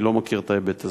אני לא מכיר את ההיבט הזה.